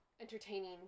Entertaining